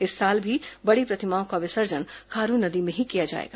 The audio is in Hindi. इस साल भी बड़ी प्रतिमाओं का विसर्जन खारून नदी में ही किया जाएगा